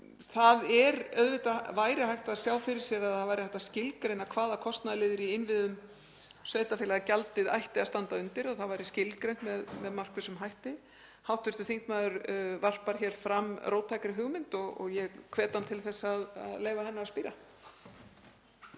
það. Auðvitað væri hægt að sjá fyrir sér að hægt verði að skilgreina hvaða kostnaðarliðum í innviðum sveitarfélagagjaldið ætti að standa undir, að það væri skilgreint með markvissum hætti. Hv. þingmaður varpar hér fram róttækri hugmynd og ég hvet hann til að leyfa hennar að spíra.